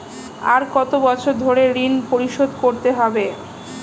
আর কত বছর ধরে ঋণ পরিশোধ করতে হবে?